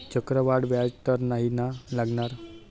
चक्रवाढ व्याज तर नाही ना लागणार?